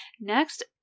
Next